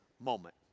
moment